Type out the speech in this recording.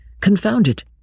confounded